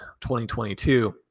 2022